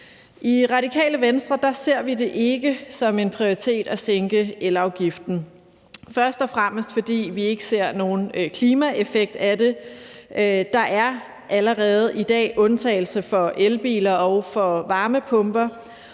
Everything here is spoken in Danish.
I Radikale Venstre ser vi det ikke som en prioritet at sænke elafgiften. Det gør vi for det første ikke, fordi vi ikke ser, at det har nogen klimaeffekt. Der er allerede i dag undtagelser for elbiler og varmepumper.